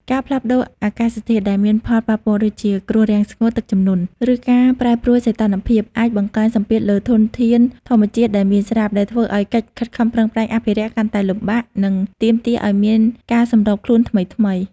ការផ្លាស់ប្តូរអាកាសធាតុ ដែលមានផលប៉ះពាល់ ដូចជាគ្រោះរាំងស្ងួត ទឹកជំនន់ ឬការប្រែប្រួលសីតុណ្ហភាព អាចបង្កើនសម្ពាធលើធនធានធម្មជាតិដែលមានស្រាប់ ដែលធ្វើឱ្យកិច្ចខិតខំប្រឹងប្រែងអភិរក្សកាន់តែលំបាក និងទាមទារឱ្យមានការសម្របខ្លួនថ្មីៗ។